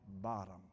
bottom